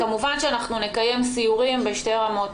כמובן שאנחנו נקיים סיורים בשתי רמות.